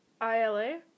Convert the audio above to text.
I-L-A